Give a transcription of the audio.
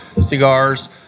Cigars